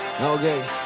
Okay